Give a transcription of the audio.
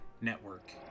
Network